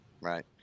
right